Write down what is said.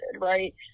right